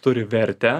turi vertę